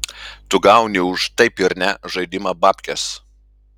tu gauni už taip ir ne žaidimą bapkes